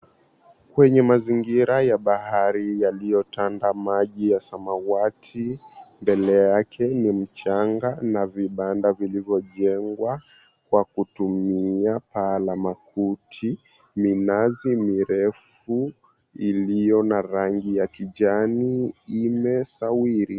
Kwenye mazingira ya bahari yaliyotanda maji ya samawati mbele yake ni mchanga na vibanda vilivyojengwa kwa kutumia paa la makuti, minazi mirefu iliyo na rangi ya kijani imesawiri.